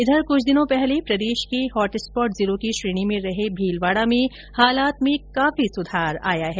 इधर कुछ दिनों पहले प्रदेश के हॉटस्पॉट जिलों की श्रेणी में रहे भीलवाड़ा में हालात में काफी सुधार आया है